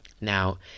Now